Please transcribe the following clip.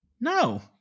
No